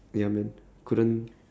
ya man couldn't